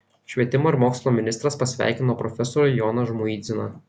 švietimo ir mokslo ministras pasveikino profesorių joną žmuidziną